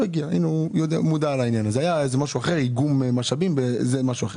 היה עניין אחר, על איגום משאבים, זה משהו אחר.